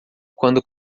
quando